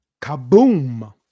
Kaboom